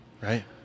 Right